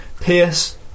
Pierce